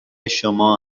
شما